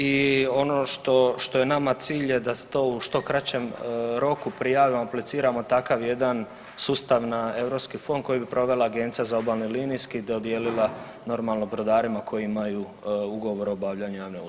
I ono što je nama cilj je da se to u što kraćem roku prijavimo, apliciramo takav jedan sustav na europski fond koji bi provela Agencija obalni linijski i dodijelila normalno brodarima koji imaju ugovor o obavljanju javne usluge.